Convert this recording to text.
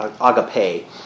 agape